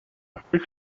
after